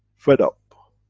fed up